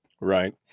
Right